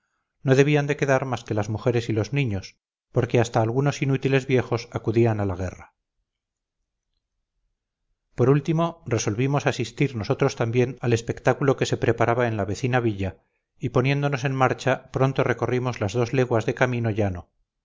no debían de quedar más que las mujeres y los niños porque hasta algunos inútiles viejos acudían a la guerra por último resolvimos asistir nosotros también al espectáculo que se preparaba en la vecina villa y poniéndonos en marcha pronto recorrimos las dos leguas de camino llano